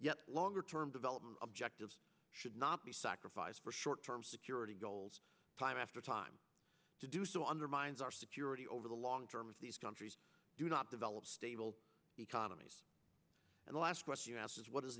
longer term development objectives should not be sacrificed for short term security goals the time to do so undermines our security over the long term if these countries do not develop stable economies and the last question you asked is what is